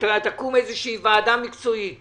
שתקום ועדה מקצועית